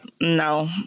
no